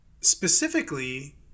specifically